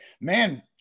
man